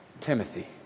Timothy